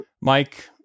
Mike